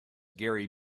gary